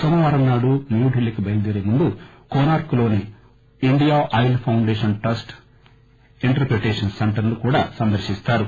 నోమవారం నాడు న్యూఢిల్లీకి బయలుదేరే ముందు కోనార్క్ లోని India oil foundation trust interpretation సెంటర్ను సందర్శిస్తారు